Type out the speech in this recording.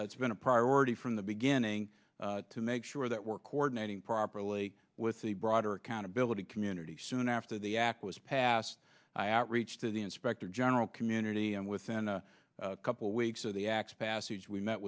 it's been a priority from the beginning to make sure that we're coordinating properly with the broader accountability community soon after the act was passed out reach to the inspector general community and within a couple of weeks of the x passage we met